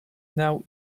now